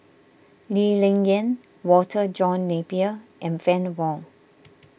Lee Ling Yen Walter John Napier and Fann Wong